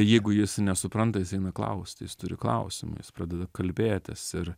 jeigu jis nesupranta jis eina klausti jis turi klausimų jis pradeda kalbėtis ir